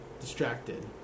distracted